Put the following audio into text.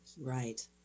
Right